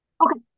Okay